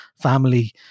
family